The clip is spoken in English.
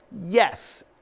Yes